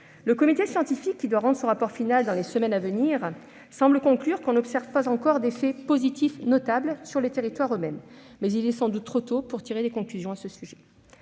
Le comité scientifique, qui doit rendre son rapport final dans les semaines à venir, semble conclure que l'on n'observe pas encore d'effets positifs notables pour les territoires eux-mêmes, mais il est sans doute trop tôt pour tirer des conclusions à ce sujet.